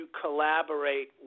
collaborate